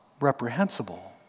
reprehensible